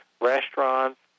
restaurants